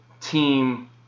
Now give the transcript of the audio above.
team